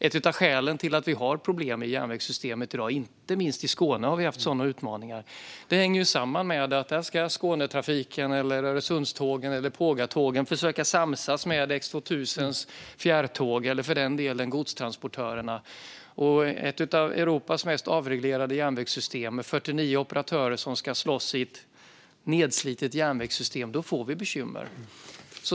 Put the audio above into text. Ett av skälen till att vi har problem med järnvägssystemet i dag - och inte minst i Skåne har vi haft sådana utmaningar - hänger samman med att där ska Skånetrafiken, Öresundstågen eller Pågatågen föröka samsas med X2000:s fjärrtåg eller för den delen godstransportörerna. Med ett av Europas mest avreglerade järnvägssystem, med 49 operatörer som ska slåss i ett nedslitet järnvägssystem, får vi bekymmer.